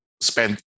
spend